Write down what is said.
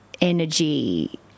energy